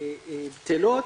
בטלות.